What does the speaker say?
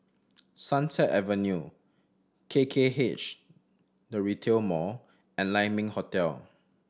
Sunset Avenue K K H The Retail Mall and Lai Ming Hotel